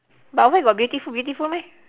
but where got beautiful beautiful meh